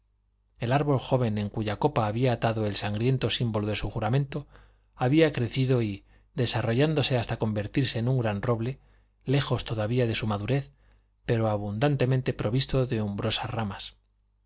el árbol joven en cuya copa había atado el sangriento símbolo de su juramento había crecido y desarrolládose hasta convertirse en un gran roble lejos todavía de su madurez pero abundantemente provisto de umbrosas ramas